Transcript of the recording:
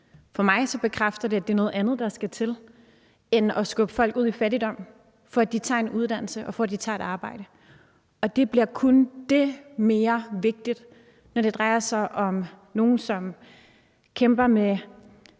For mig bekræfter det, at det er noget andet, der skal til, end at skubbe folk ud i fattigdom, for at de tager en uddannelse, og for at de tager et arbejde. Og det bliver kun dét mere vigtigt, når det drejer sig om nogle, som kæmper med